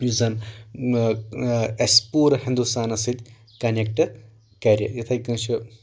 یُس زن اسہِ پوٗرٕ ہندوستانس سۭتۍ کنٮ۪کٹ کرِ یِتھے کٲٹھۍ چھُ